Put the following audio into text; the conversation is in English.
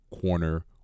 corner